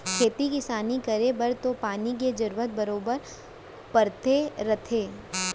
खेती किसान करे बर तो पानी के जरूरत बरोबर परते रथे